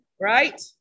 right